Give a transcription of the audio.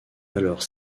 alors